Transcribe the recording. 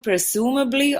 presumably